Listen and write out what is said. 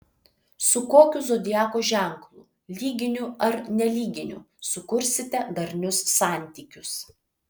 su kokiu zodiako ženklu lyginiu ar nelyginiu sukursite darnius santykius